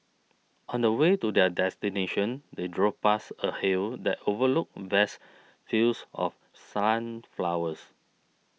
on the way to their destination they drove past a hill that overlooked vast fields of sunflowers